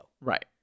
Right